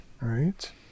right